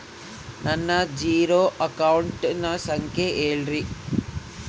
ನನ್ನ ಜೇರೊ ಅಕೌಂಟಿನ ಸಂಖ್ಯೆ ಹೇಳ್ರಿ?